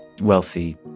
wealthy